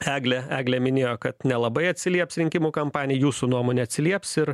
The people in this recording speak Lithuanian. eglė eglė minėjo kad nelabai atsilieps rinkimų kampanijai jūsų nuomone atsilieps ir